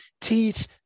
teach